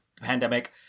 pandemic